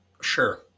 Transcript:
sure